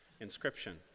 inscription